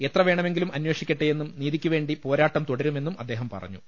എത്രവേണമെങ്കിലും അന്വേഷിക്കട്ടെയെന്നും നീതിക്കുവേണ്ടി പോരാട്ടം തുടരുമെന്നും അദ്ദേഹം പറഞ്ഞു